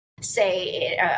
say